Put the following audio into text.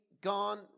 gone